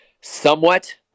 somewhat